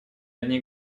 одни